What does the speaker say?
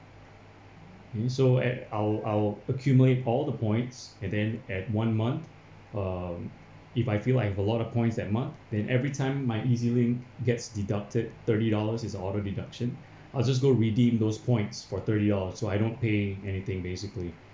and so at I'll I'll accumulate all the points and then at one month um if I feel I have a lot of points that month then every time my EZ-link gets deducted thirty dollars is auto deduction I just go redeem those points for thirty dollars so I don't pay anything basically